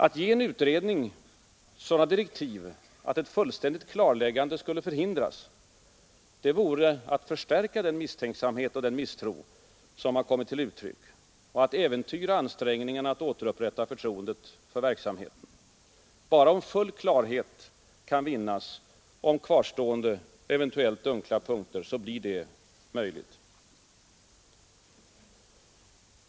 Att ge en utredning sådana direktiv att ett fullständigt klarläggande förhindrades vore att förstärka den misstänksamhet och misstro som har kommit till uttryck och att äventyra ansträngningarna att återupprätta förtroendet för verksamheten. Bara om full klarhet kan vinnas om kvarstående eventuellt dunkla punkter blir detta möjligt.